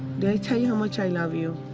did i tell you how much i love you?